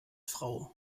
frau